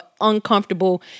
uncomfortable